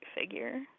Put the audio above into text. figure